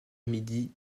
midi